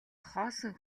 хоосон